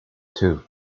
two